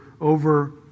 over